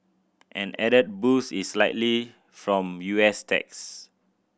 an added boost is likely from U S tax